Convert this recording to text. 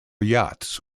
yachts